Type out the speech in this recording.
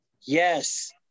Yes